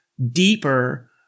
deeper